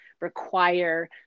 require